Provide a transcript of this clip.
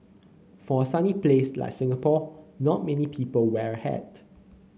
for a sunny place like Singapore not many people wear a hat